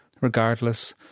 Regardless